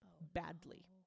Badly